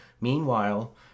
Meanwhile